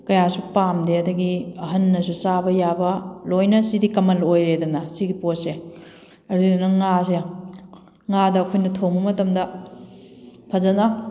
ꯀꯌꯥꯁꯨ ꯄꯥꯝꯗꯦ ꯑꯗꯒꯤ ꯑꯍꯟꯅꯁꯨ ꯆꯥꯕ ꯌꯥꯕ ꯂꯣꯏꯅ ꯁꯤꯗꯤ ꯀꯃꯟ ꯑꯣꯏꯔꯦꯗꯅ ꯁꯤꯒꯤ ꯄꯣꯠꯁꯦ ꯑꯗꯨꯗꯨꯅ ꯉꯥꯁꯦ ꯉꯥꯗ ꯑꯩꯈꯣꯏꯅ ꯊꯣꯡꯕ ꯃꯇꯝꯗ ꯐꯖꯅ